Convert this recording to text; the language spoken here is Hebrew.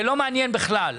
זה לא מעניין בכלל.